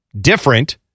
different